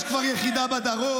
יש כבר יחידה בדרום.